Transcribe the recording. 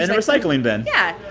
and recycling bin yeah.